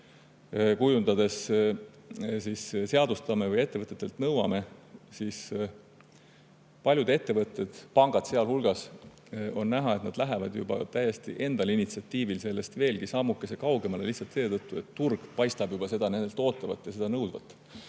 kujundades seadustame või ettevõtetelt nõuame, paljud ettevõtted, pangad sealhulgas, lähevad juba täiesti enda initsiatiivil sellest veelgi sammukese kaugemale lihtsalt seetõttu, et turg paistab seda nendelt ootavat ja seda nõudvat.